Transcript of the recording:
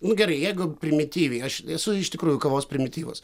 nu gerai jeigu primityviai aš esu iš tikrųjų kavos primityvas